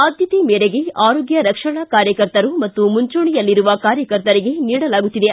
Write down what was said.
ಆದ್ದತೆ ಮೇರೆಗೆ ಆರೋಗ್ಯ ರಕ್ಷಣಾ ಕಾರ್ಯಕರ್ತರು ಮತ್ತು ಮುಂಚೂಣಿಯಲ್ಲಿರುವ ಕಾರ್ಯಕರ್ತರಿಗೆ ನೀಡಲಾಗುತ್ತಿದೆ